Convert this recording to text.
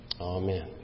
Amen